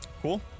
cool